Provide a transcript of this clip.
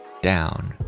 down